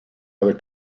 other